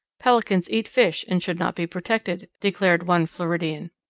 pelicans eat fish and should not be protected, declared one floridan.